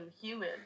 human